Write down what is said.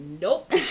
Nope